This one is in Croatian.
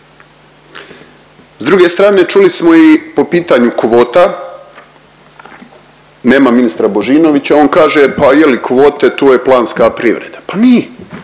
S druge strane čuli smo i po pitanju kvota, nema ministra Božinovića on kaže pa je li kvote to je planska privreda. Pa nije,